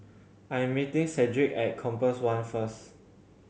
I am meeting Cedric at Compass One first